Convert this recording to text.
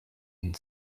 and